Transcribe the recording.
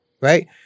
right